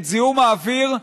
את זיהום האוויר,